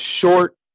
short